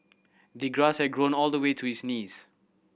the grass had grown all the way to his knees